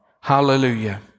Hallelujah